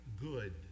good